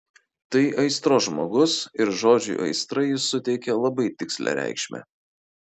tai aistros žmogus ir žodžiui aistra jis suteikia labai tikslią reikšmę